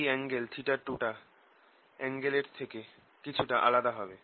এই অ্যাঙ্গেল 2 টা অ্যাঙ্গেল এর থেকে কিছুটা আলাদা হবে